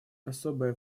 особое